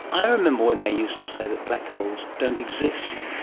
i remember when they used to say that black holes don't exist,